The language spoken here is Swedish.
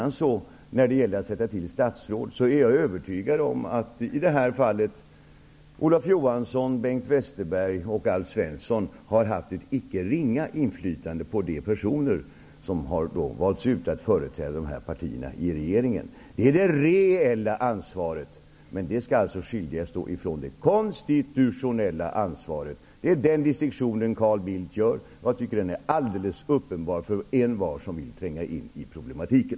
När det gällde att tillsätta statsråd är jag övertygad om att Olof Johansson, Alf Svensson och Bengt Westerberg i det här fallet har haft ett icke ringa inflytande på vilka personer som har valts att företräda dessa partier i regeringen. Det är det reella ansvaret, men det skall skiljas från det konstitutionella ansvaret. Det är den distinktionen Carl Bildt gör. Jag tycker att den är alldeles uppenbar för envar som vill tränga in i problematiken.